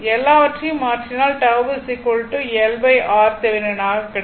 எல்லாவற்றையும் மாற்றினால் τ LRThevenin ஆக கிடைக்கும்